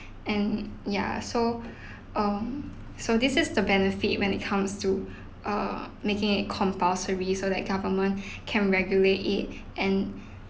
and ya so um so this is the benefit when it comes to err making it compulsory so that government can regulate it and